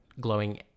glowing